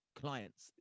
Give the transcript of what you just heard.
clients